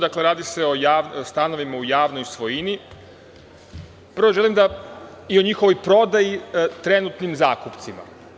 Dakle, radi se o stanovima u javnoj svojini i o njihovoj prodaji trenutnim zakupcima.